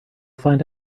find